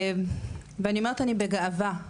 ואני אומרת בגאווה.